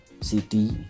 City